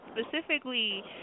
specifically